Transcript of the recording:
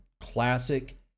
classic